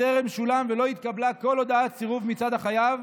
וטרם שולם ולא התקבלה כל הודעת סירוב מצד החייב